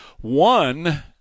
one